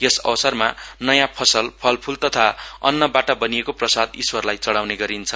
यस अवसरमा नयाँ फसल फलफूल तथा अन्नबाट बनिएको प्रसाद ईश्वरलाई चढ़ाउने गरिन्छ